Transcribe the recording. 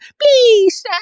Please